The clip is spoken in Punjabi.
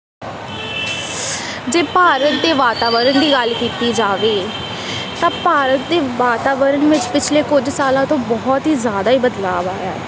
ਜੇ ਭਾਰਤ ਦੇ ਵਾਤਾਵਰਨ ਦੀ ਗੱਲ ਕੀਤੀ ਜਾਵੇ ਤਾਂ ਭਾਰਤ ਦੇ ਵਾਤਾਵਰਨ ਵਿੱਚ ਪਿਛਲੇ ਕੁਝ ਸਾਲਾਂ ਤੋਂ ਬਹੁਤ ਹੀ ਜ਼ਿਆਦਾ ਹੀ ਬਦਲਾਵ ਆਇਆ